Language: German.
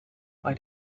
bei